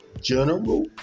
General